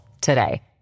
today